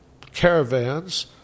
caravans